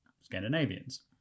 Scandinavians